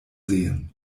sehen